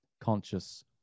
conscious